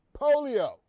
Polio